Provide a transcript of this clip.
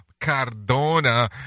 Cardona